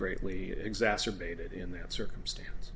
greatly exacerbated in that circumstance